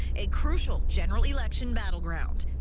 a crucial general election battleground.